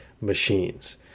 machines